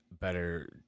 better